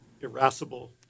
irascible